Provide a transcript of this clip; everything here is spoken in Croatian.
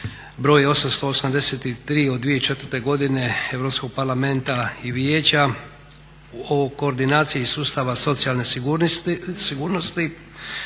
broj 883/2004. Europskog parlamenta i vijeća o koordinaciji sustava socijalne sigurnosti,